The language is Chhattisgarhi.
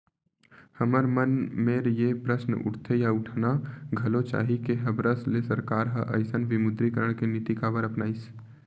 हमर मन मेर ये प्रस्न उठथे या उठाना घलो चाही के हबरस ले सरकार ह अइसन विमुद्रीकरन के नीति काबर अपनाइस?